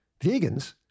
Vegans